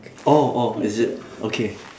oh oh is it okay